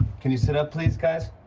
can you sit up, please, guys?